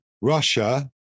Russia